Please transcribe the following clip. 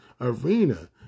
arena